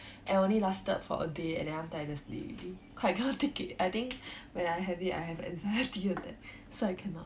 and only lasted for a day and then after that I just delete it cause I cannot take it I think when I have it I have anxiety all that so I cannot